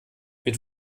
mit